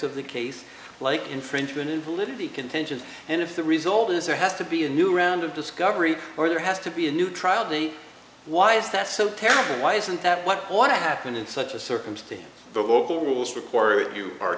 of the case like infringement and validity contentions and if the result is there has to be a new round of discovery or there has to be a new trial the why is that so terrible why isn't that what ought to happen in such a circumstance the local rules require it you are